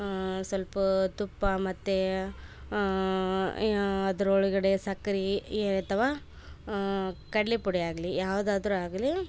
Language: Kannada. ಆ ಸ್ವಲ್ಪ ತುಪ್ಪ ಮತ್ತು ಅದ್ರೊಳಗಡೆ ಸಕ್ಕರೆ ಅಥವಾ ಕಡಲೆ ಪುಡಿ ಆಗಲಿ ಯಾವ್ದಾದರೂ ಆಗಲಿ